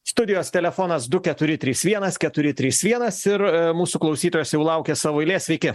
studijos telefonas du keturi trys vienas keturi trys vienas ir mūsų klausytojas jau laukia savo eilės sveiki